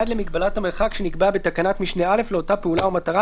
עד למגבלת המרחק שנקבעה בתקנת משנה (א) לאותה פעולה או מטרה,